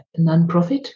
nonprofit